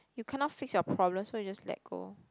you cannot fix your problems so you just let go